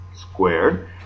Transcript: squared